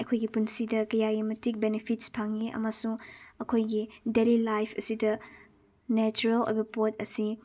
ꯑꯩꯈꯣꯏꯒꯤ ꯄꯨꯟꯁꯤꯗ ꯀꯌꯥꯒꯤ ꯃꯇꯤꯛꯁ ꯕꯦꯅꯤꯐꯤꯠꯁ ꯐꯪꯏ ꯑꯃꯁꯨꯡ ꯑꯩꯈꯣꯏꯒꯤ ꯗꯦꯜꯂꯤ ꯂꯥꯏꯐ ꯑꯁꯤꯗ ꯅꯦꯆꯔꯦꯜ ꯑꯣꯏꯕ ꯄꯣꯠ ꯑꯁꯤ